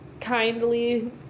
kindly